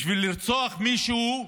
בשביל לרצוח מישהו,